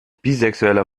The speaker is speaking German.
bisexueller